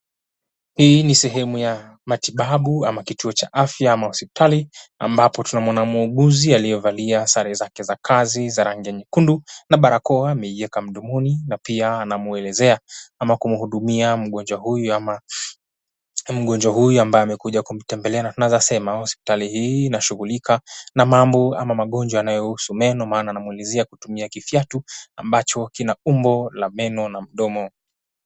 Hii ni sehemu ya matibabu ama kituo cha afya ama hospitali ambapo tunamuona muuguzi aliyevalia sare zake za kazi za rangi ya nyekundu na barakoa ameieka mdomoni na pia anamuelezea ama kumhudumia mgonjwa huyu ama mgonjwa huyu ambaye amekuja kumtembelea na tunaweza sema hospitali hii inashughulika na mambo ama magonjwa yanayohusu meno maana anamuelezea kutumia kifyatu ambacho kina umbo la meno na mdomo.